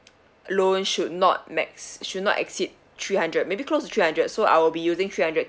loan should not max should not exceed three hundred maybe close to three hundred so I'll be using three hundred